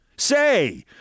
Say